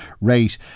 rate